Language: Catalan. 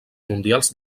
mundials